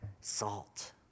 salt